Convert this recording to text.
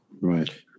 Right